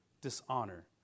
dishonor